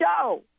show